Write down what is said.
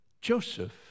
Joseph